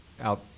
out